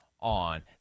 On